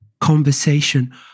conversation